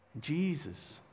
Jesus